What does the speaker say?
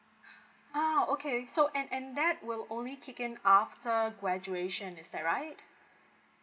ah okay so and and that will only kick in after graduation is that right